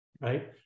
right